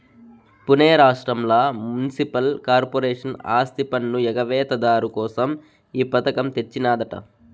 పునే రాష్ట్రంల municipal corporation ఆస్తిపన్ను ఎగవేత దారు కోసం ఈ పథకం తెచ్చినాదట